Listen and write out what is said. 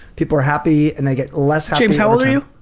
people are happy and they get less james, how old are you?